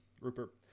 Rupert